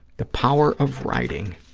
the power of writing.